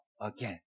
again